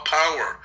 power